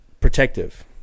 protective